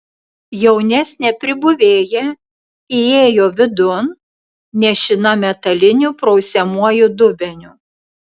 jaunesnė pribuvėja įėjo vidun nešina metaliniu prausiamuoju dubeniu